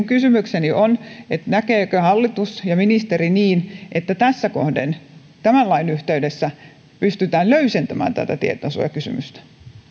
kysymykseni on näkevätkö hallitus ja ministeri niin että tässä kohden tämän lain yhteydessä pystytään löysentämään tätä tietosuojakysymystä